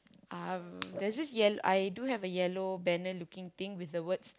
um there's this yellow I do have a yellow banner looking thing with the words